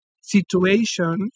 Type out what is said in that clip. situation